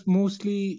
mostly